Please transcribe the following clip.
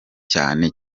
cyane